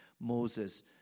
Moses